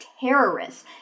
terrorists